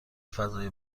فضای